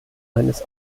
eines